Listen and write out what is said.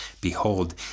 behold